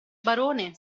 barone